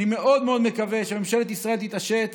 אני מאוד מאוד מקווה שממשלת ישראל תתעשת